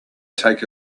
take